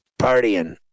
partying